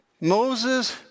Moses